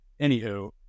anywho